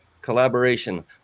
collaboration